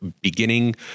beginning